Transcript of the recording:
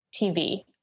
TV